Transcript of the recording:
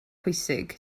pwysig